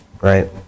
right